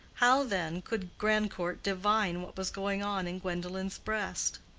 how, then, could grandcourt divine what was going on in gwendolen's breast?